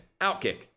OutKick